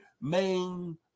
main